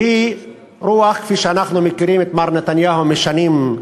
שהיא רוח, כפי שאנחנו מכירים את מר נתניהו משנים,